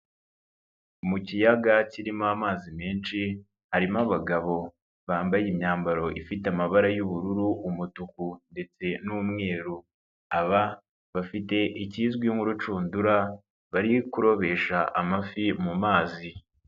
Mu kiyaga kirimo amazi menshi harimo abagabo bambaye imyambaro ifite amabara y'ubururu, umutuku ndetse n'umweru. Aba bafite ikizwi nk'urushundura bari kurobesha amafi mu mazi.